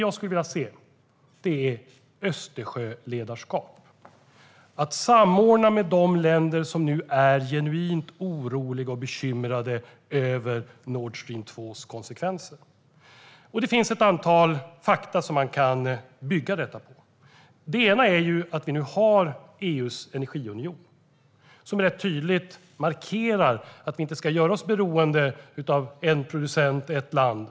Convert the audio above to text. Jag skulle vilja se ett Östersjöledarskap, att man samordnar med de länder som nu är genuint oroliga för och bekymrade över konsekvenserna av Nord Stream 2. Det finns ett antal fakta som man kan bygga detta på. Till att börja med har vi nu EU:s energiunion som rätt tydligt markerar att vi inte ska göra oss beroende av en producent och ett land.